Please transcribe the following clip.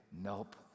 nope